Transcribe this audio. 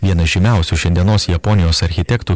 vienas žymiausių šiandienos japonijos architektų